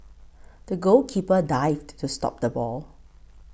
the goalkeeper dived to stop the ball